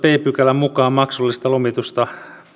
b pykälän mukaan maksullista lomitusta